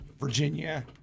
Virginia